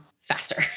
faster